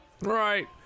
Right